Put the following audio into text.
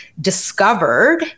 discovered